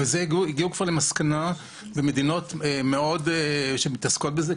הגיעו כבר למסקנה במדינות שמתעסקות בזה,